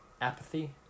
apathy